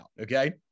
okay